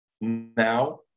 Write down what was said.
now